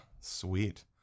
sweet